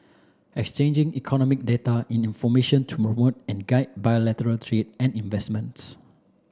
exchanging economic data and information to promote and guide bilateral trade and investments